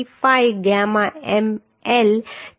25 gamma m1 છે